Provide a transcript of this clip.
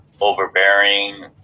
overbearing